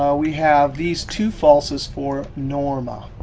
ah we have these two falses for norma.